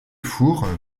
four